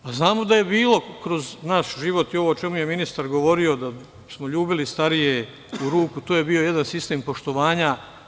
Znamo da je bilo kroz naš život i ovo o čemu je ministar govorio, da smo ljubili starije u ruku, to je bio jedan sistem poštovanja.